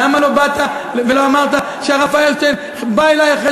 למה לא באת ואמרת שהרב פיירשטיין בא אלי אחרי